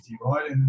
right